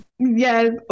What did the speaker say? Yes